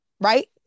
right